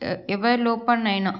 ఏ ఎవరి లోపల అయినా